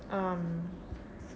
um